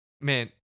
Man